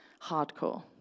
hardcore